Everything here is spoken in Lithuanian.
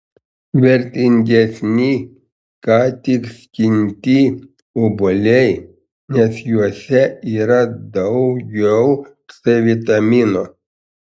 vertingesni ką tik skinti obuoliai nes juose yra daugiau c vitamino